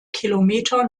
kilometer